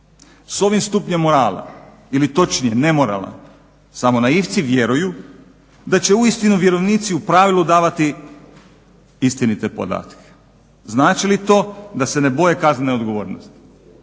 S ovim stupnjem morala ili točnije nemorala samo naivci vjeruju da će uistinu vjerovnici u pravilu davati istinite podatke. Znači li to da se ne boje kaznene odgovornosti?